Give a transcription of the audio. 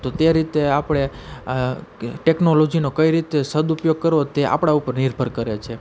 તો તે રીતે આપણે આ કે ટેકનોલોજીના કઈ રીતે સદુપયોગ કરવો તે આપળા ઉપર નિર્ભર કરે છે